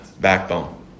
backbone